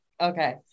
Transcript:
Okay